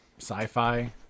Sci-fi